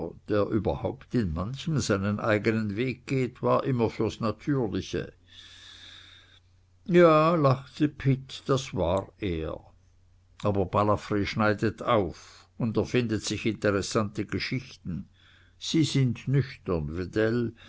überhaupt in manchem seinen eignen weg geht war immer fürs natürliche ja lachte pitt das war er aber balafr schneidet auf und erfindet sich interessante geschichten sie sind nüchtern wedell